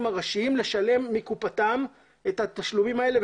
הראשיים לשלם מקופתם את התשלומים האלה,